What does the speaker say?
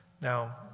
Now